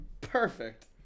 Perfect